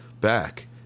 back